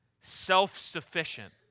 self-sufficient